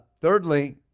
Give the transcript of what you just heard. Thirdly